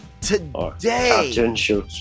Today